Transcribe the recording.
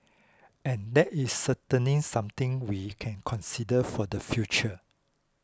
and that is certainly something we can consider for the future